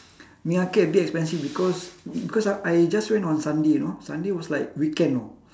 ming arcade a bit expensive because because ah I just went on sunday you know sunday was like weekend you know